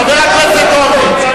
חבר הכנסת הורוביץ,